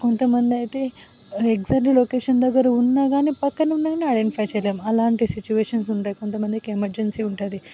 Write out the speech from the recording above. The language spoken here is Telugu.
కొంత మంది అయితే ఎగ్జాక్ట్లీ లొకేషన్ దగ్గర ఉన్నా కానీ ప్రక్కన ఉన్నా కానీ ఐడెంటిఫై చేయలేము అలాంటి సిచ్యువేషన్స్ ఉంటాయి కొంత మందికి ఎమర్జెన్సీ ఉంటుంది